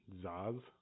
Zaz